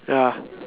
ya